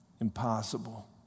impossible